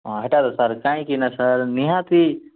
ହଁ ହେଟା ସାର୍ କାହିଁକି ନା ସାର୍ ନିହାତି